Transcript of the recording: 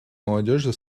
молодежи